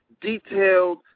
detailed